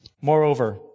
Moreover